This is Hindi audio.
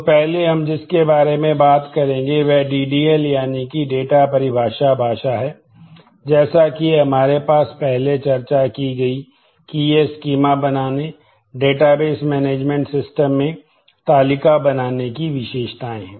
तो पहले हम जिसके बारे में बात करेंगे वह डीडीएल में तालिका बनाने की विशेषताएँ हैं